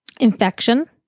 infection